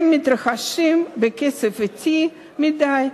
הם מתרחשים בקצב אטי מדי,